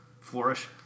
flourish